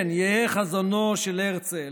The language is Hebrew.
כן, יהא חזונו של הרצל